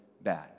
bad